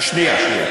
שנייה,